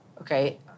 okay